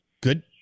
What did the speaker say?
good